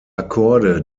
akkorde